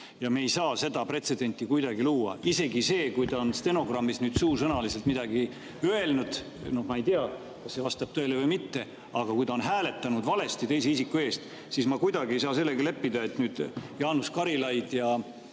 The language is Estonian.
ja me ei saa seda pretsedenti kuidagi luua. Isegi siis, kui ta on stenogrammi järgi nüüd suusõnaliselt midagi öelnud – ma ei tea, kas see vastab tõele või mitte. Aga kui ta on hääletanud valesti teise isiku eest, siis ma kuidagi ei saa sellega leppida, et nüüd Jaanus Karilaid ja